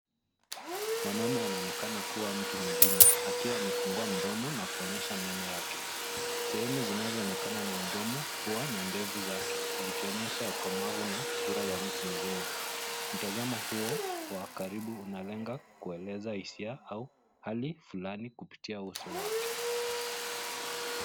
Mwanaume anaonekana kuwa mtu mzima, akiwa amefungua mdomo na kuonyesha meno yake. Sehemu zinazoonekana ni mdomo, pua na ndevu zake zikionyesha ukomavu na sura ya mtu mzima. Mtazamo huo wa karibu unalenga kueleza hisia au hali fulani kupitia uso wake.